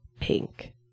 pink